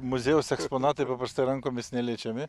muziejaus eksponatai paprastai rankomis neliečiami